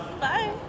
bye